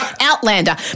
Outlander